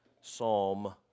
Psalm